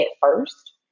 first